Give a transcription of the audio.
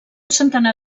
centenar